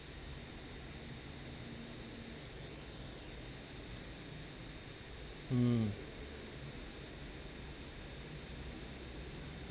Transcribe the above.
hmm